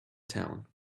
town